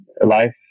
life